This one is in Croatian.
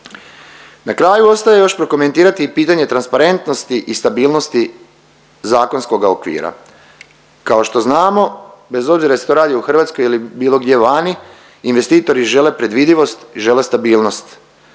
Na kraju ostaje još prokomentirati i pitanje transparentnosti i stabilnosti zakonskoga okvira. Kao što znamo bez obzira jel se to radi u Hrvatskoj ili bilo gdje vani investitori žele predvidljivost i žele stabilnost.